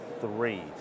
three